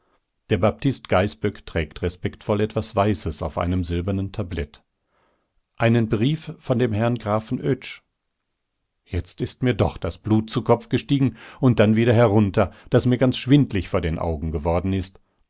der baptist gaißböck trägt respektvoll etwas weißes auf einem silbernen tablett einen brief von dem herrn grafen oetsch jetzt ist mir doch das blut zu kopf gestiegen und dann wieder herunter daß mir ganz schwindlig vor den augen geworden ist